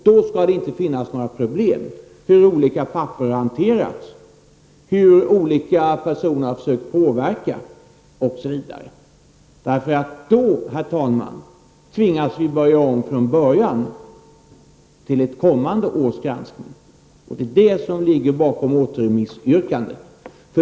Då skall det inte finnas några funderingar om hur olika papper har hanterats, om hur olika personer har försökt påverka osv. Då, herr talman, tvingas vi börja om från början till ett kommande års granskning. Det är det som ligger bakom återremissyrkandet.